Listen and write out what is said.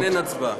אין הצבעה.